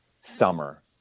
summer